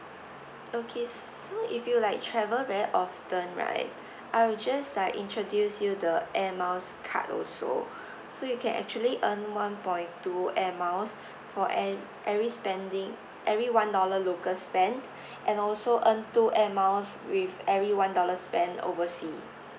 okay so if you like travel very often right I will just like introduce you the air miles card also so you can actually earn one point two air miles for e~ every spending every one dollar local spent and also earn two air miles with every one dollar spend oversea